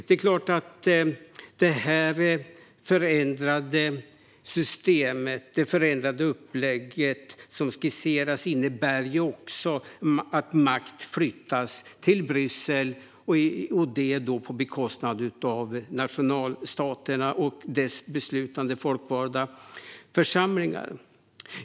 Det är klart att det förändrade system och upplägg som skisseras också innebär att makt flyttas till Bryssel på bekostnad av nationalstaterna och deras beslutande folkvalda församlingar.